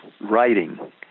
writing